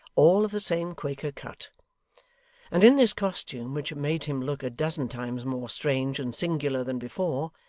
all of the same quaker cut and in this costume, which made him look a dozen times more strange and singular than before,